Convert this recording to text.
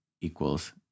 equals